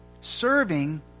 serving